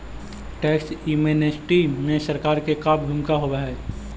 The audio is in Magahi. टैक्स एमनेस्टी में सरकार के का भूमिका होव हई